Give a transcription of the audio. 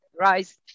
rice